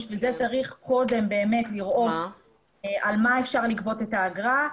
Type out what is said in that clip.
בשביל זה צריך קודם באמת לראות על מה אפשר לגבות את האגרה,